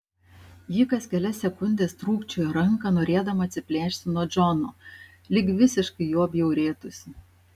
ji kas kelias sekundes trūkčiojo ranką norėdama atsiplėšti nuo džono lyg visiškai juo bjaurėtųsi